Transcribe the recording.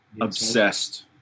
obsessed